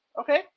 okay